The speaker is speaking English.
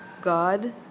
God